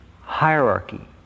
hierarchy